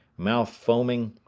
mouth foaming,